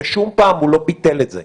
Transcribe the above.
בשום פעם הוא לא ביטל את זה.